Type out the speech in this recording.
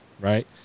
right